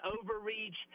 overreach